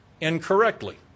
incorrectly